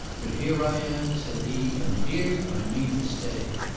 but here i am, said he, and here i mean to stay.